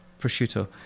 prosciutto